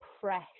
press